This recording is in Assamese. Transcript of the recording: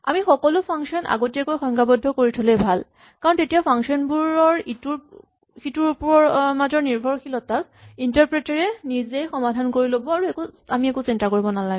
আমি সকলো ফাংচন আগতীয়াকৈ সংজ্ঞাবদ্ধ কৰি থ'লেই ভাল কাৰণ তেতিয়া ফাংচন বোৰৰ ইটোৰ সিটোৰ মাজৰ নিৰ্ভৰশীলতাক ইন্টাৰপ্ৰেটাৰ এ নিজেই সমাধান কৰি ল'ব আমি একো চিন্তা কৰিব নালাগে